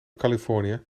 californië